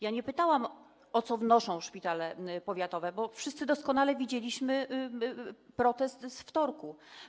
Ja nie pytałam, o co wnoszą szpitale powiatowe, bo wszyscy doskonale widzieliśmy protest z wtorku.